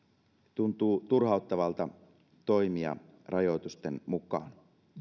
tuntuu turhauttavalta toimia rajoitusten mukaan